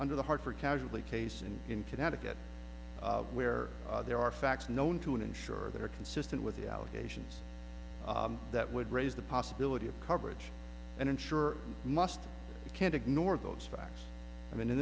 under the hard for casually case and in connecticut where there are facts known to an insurer that are consistent with the allegations that would raise the possibility of coverage and ensure must you can't ignore those facts i mean in